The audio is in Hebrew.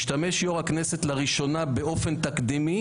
השתמש יו"ר הכנסת לראשונה באופן תקדימי